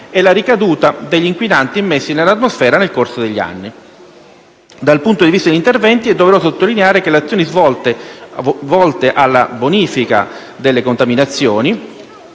la ricaduta degli inquinanti immessi nell'atmosfera nei corso degli anni. Dal punto di vista degli interventi è doveroso sottolineare che le azioni volte alla bonifica delle contaminazioni